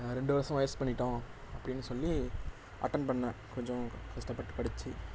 ரெண்டு வர்ஷம் வேஸ்ட் பண்ணிவிட்டோம் அப்படின்னு சொல்லி அட்டன் பண்ணேன் கொஞ்சம் கஷ்டப்பட்டு படித்து